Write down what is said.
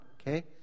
okay